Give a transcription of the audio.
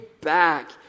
back